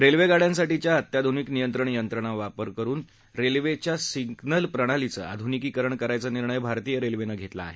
railway गाड्यांसाठीच्या अत्याधुनिक नियंत्रण यंत्रणा वापर करून रेल्वेच्या सिम्मल प्रणालीचं आधुनिकीकरण करायचा निर्णय भारतीय रेल्वेनं घेतला आहे